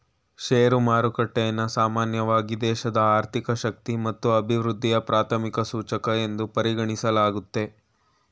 share ಮಾರುಕಟ್ಟೆಯನ್ನ ಸಾಮಾನ್ಯವಾಗಿ ದೇಶದ ಆರ್ಥಿಕ ಶಕ್ತಿ ಮತ್ತು ಅಭಿವೃದ್ಧಿಯ ಪ್ರಾಥಮಿಕ ಸೂಚಕ ಎಂದು ಪರಿಗಣಿಸಲಾಗುತ್ತೆ